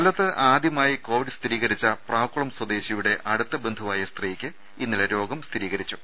കൊല്ലത്ത് ആദ്യമായി കൊവിഡ് സ്ഥിരീകരിച്ച പ്രാക്കുളം സ്വദേശിയുടെ അടുത്ത ബന്ധുവായ സ്ത്രീക്ക് ഇന്നലെ അരോഗം സ്ഥിരീകരിച്ചു